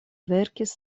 verkis